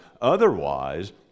Otherwise